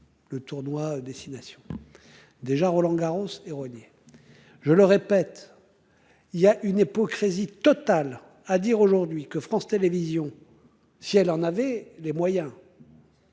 Le tournoi des Six-Nations. Déjà Roland Garros erronée. Je le répète. Il y a une hypocrisie totale à dire aujourd'hui que France Télévisions si elle en avait les moyens.